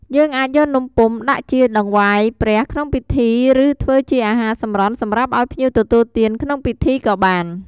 យើងអាចយកនំពុម្ពដាក់ជាដង្វាយព្រះក្នុងពិធី ឬ ធ្វើជាអាហារសម្រន់សម្រាប់ឱ្យភ្ញៀវទទួលទានក្នុងពិធីក៏បាន។